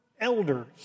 elders